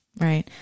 Right